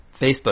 Facebook